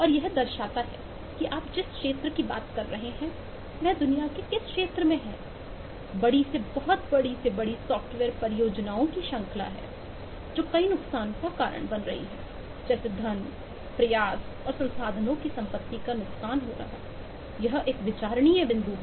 और यह दर्शाता है कि आप जिस क्षेत्र की बात कर रहे हैं वह दुनिया के किस क्षेत्र में है बड़ी से बहुत बड़ी से बड़ी सॉफ्टवेयर परियोजनाओं की श्रृंखला है जो कई नुकसान का कारण बन रही हैं धन प्रयास और संसाधनों की संपत्ति का नुकसान हो रहा है यह एक विचारणीय बिंदु है